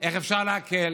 איך אפשר להקל,